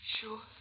Sure